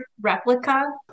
replica